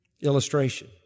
illustration